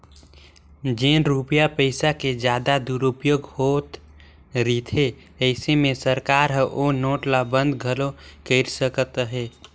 जेन रूपिया पइसा के जादा दुरूपयोग होत रिथे अइसे में सरकार हर ओ नोट ल बंद घलो कइर सकत अहे